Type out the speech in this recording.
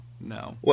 no